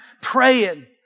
praying